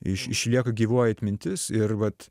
iš išlieka gyvoji atmintis ir vat